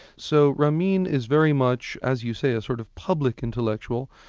so ramin is very much, as you say, a sort of public intellectual,